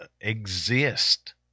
exist